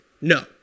No